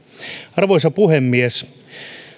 arvoisa puhemies